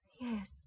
Yes